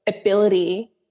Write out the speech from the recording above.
ability